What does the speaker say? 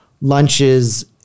Lunches